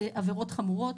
אלה עבירות חמורות,